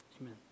Amen